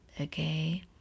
okay